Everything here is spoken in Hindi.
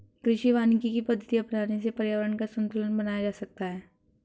कृषि वानिकी की पद्धति अपनाने से पर्यावरण का संतूलन बनाया जा सकता है